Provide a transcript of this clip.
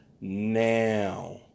now